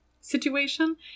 situation